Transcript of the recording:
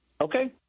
Okay